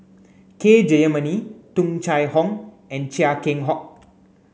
K Jayamani Tung Chye Hong and Chia Keng Hock